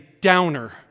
downer